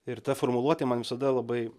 ir ta formuluotė man visada labai